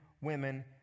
women